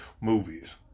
movies